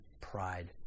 pride